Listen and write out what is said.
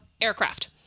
aircraft